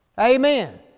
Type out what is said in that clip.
Amen